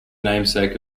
namesake